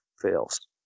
fails